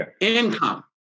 Income